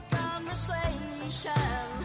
conversation